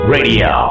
Radio